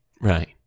right